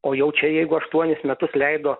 o jaučia jeigu aštuonis metus leido